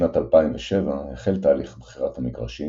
בשנת 2007 החל תהליך בחירת המגרשים,